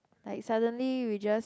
like suddenly we just